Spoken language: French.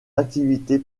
activité